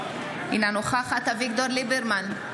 אינה נוכחת אביגדור ליברמן,